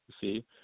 See